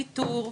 איתור,